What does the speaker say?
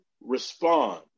respond